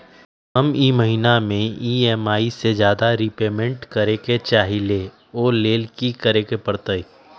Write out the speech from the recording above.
हम ई महिना में ई.एम.आई से ज्यादा रीपेमेंट करे के चाहईले ओ लेल की करे के परतई?